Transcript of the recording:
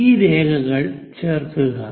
ഈ രേഖകൾ ചേർക്കുക